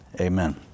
amen